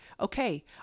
okay